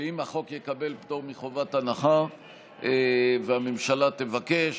ואם החוק יקבל פטור מחובת הנחה והממשלה תבקש,